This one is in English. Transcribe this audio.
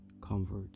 comfort